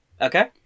Okay